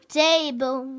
table